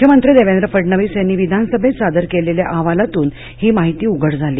मुख्यमंत्री देवेंद्र फडणवीस यांनी विधानसभेत सादर केलेल्या अहवालातून ही माहिती उघड झाली